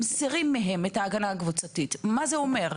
מסירים מהם את ההגנה הקבוצתית, אז מה זה אומר?